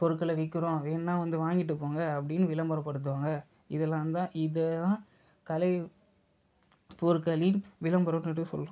பொருள்களை விற்கிறோம் வேணும்னா வந்து வாங்கிட்டுப்போங்க அப்படினு விளம்பரப்படுத்துவாங்க இதலாந்தான் இதுதான் கலை பொருட்களின் விளம்பரம் பற்றி சொல்கிறேன்